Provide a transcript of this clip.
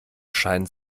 scheinen